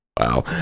Wow